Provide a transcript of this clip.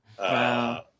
Wow